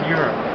Europe